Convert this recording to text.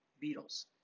Beetles